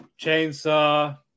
Chainsaw